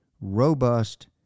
robust